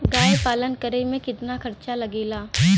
गाय पालन करे में कितना खर्चा लगेला?